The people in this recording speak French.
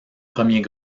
premiers